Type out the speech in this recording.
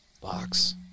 Box